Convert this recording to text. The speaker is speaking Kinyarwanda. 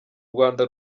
rwanda